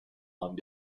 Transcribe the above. lung